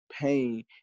pain